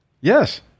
Yes